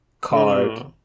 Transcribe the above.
card